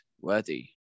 worthy